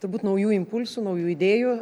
turbūt naujų impulsų naujų idėjų